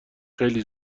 خیلی